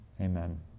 Amen